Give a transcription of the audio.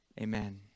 Amen